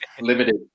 Limited